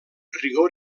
rigor